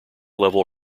level